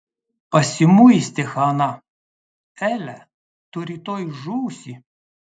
pasimuistė hana ele tu rytoj žūsi